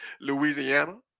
Louisiana